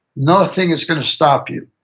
nothing is going to stop you.